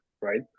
right